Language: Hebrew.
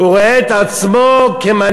הוא רואה את עצמו כמנהיג,